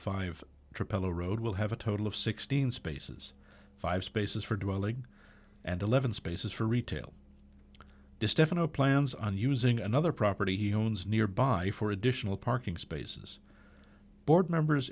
zero road will have a total of sixteen spaces five spaces for dwelling and eleven spaces for retail distaff no plans on using another property he owns nearby for additional parking spaces board members